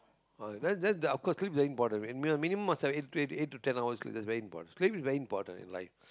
uh then then of course sleep is very important minimal must have eight to ten eight to ten hours that is very important sleep is very important in life